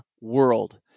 world